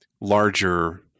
larger